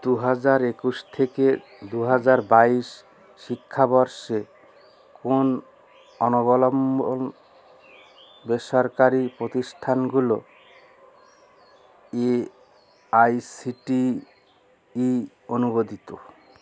দু হাজার একুশ থেকে দু হাজার বাইশ শিক্ষাবর্ষে কোন অনবলম্বম বেসরকারি প্রতিষ্ঠানগুলো A I C T E অনুমোদিত